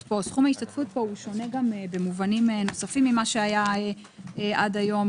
פה הוא שונה במובנים נוספים ממה שהיה עד היום.